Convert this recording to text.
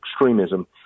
extremism